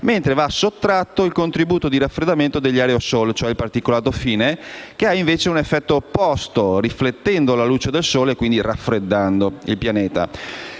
mentre va sottratto il contributo di raffreddamento degli aerosol (particolato fine) che hanno invece un effetto opposto, riflettendo la luce del sole, quindi raffreddando il pianeta.